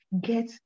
get